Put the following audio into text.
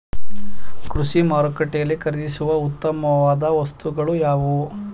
ಕೃಷಿ ಮಾರುಕಟ್ಟೆಯಲ್ಲಿ ಖರೀದಿಸುವ ಉತ್ತಮವಾದ ವಸ್ತುಗಳು ಯಾವುವು?